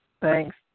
Thanks